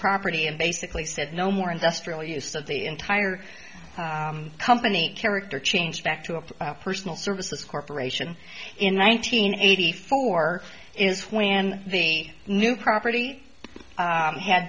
property and basically said no more industrial use of the entire company character change back to a personal services corporation in nineteen eighty four is when the new property